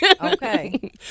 Okay